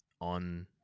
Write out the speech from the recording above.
on